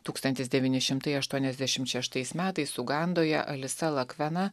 tūkstantis devyni šimtai aštuoniasdešimt šeštais metais ugandoje alisa lakvena